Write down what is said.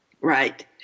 Right